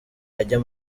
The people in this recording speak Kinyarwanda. ajya